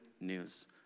news